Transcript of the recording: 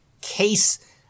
case